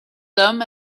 them